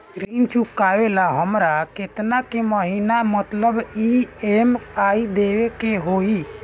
ऋण चुकावेला हमरा केतना के महीना मतलब ई.एम.आई देवे के होई?